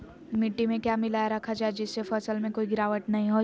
मिट्टी में क्या मिलाया रखा जाए जिससे फसल में कोई गिरावट नहीं होई?